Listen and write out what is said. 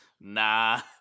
nah